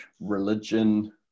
religion